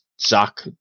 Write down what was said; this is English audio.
Zach